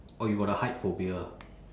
oh you got a height phobia